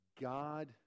God